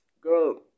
Girl